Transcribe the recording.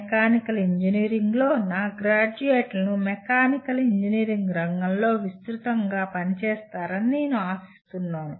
mechanical ఇంజనీరింగ్లో నా గ్రాడ్యుయేట్లు మెకానికల్ ఇంజనీరింగ్ రంగంలో విస్తృతంగా పనిచేస్తారని నేను ఆశిస్తున్నాను